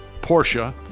Porsche